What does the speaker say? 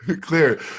clear